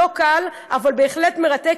לא קל אבל בהחלט מרתק,